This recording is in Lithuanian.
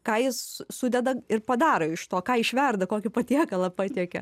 ką jis sudeda ir padaro iš to ką išverda kokį patiekalą patiekia